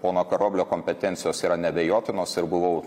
pono karoblio kompetencijos yra neabejotinos ir buvau